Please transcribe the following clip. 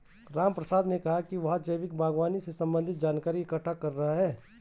रामप्रसाद ने कहा कि वह जैविक बागवानी से संबंधित जानकारी इकट्ठा कर रहा है